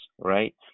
right